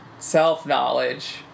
self-knowledge